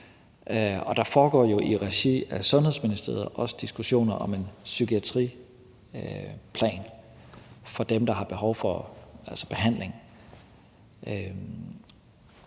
der foregår jo i regi af Sundhedsministeriet også diskussioner om en psykiatriplan for dem, der har behov